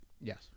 Yes